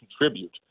contribute